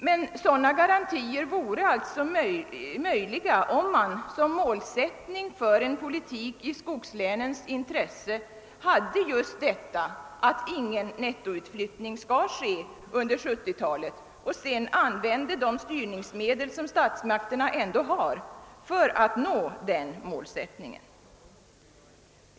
Men sådana garantier vore alltså möjliga att lämna om man som målsättning för en politik i skogslänens intresse hade att ingen nettoutflyttning skall ske under 1970-talet och vidare använde de styrningsmedel, som statsmakterna ändå har, för att nå denna målsättning.